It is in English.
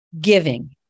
Giving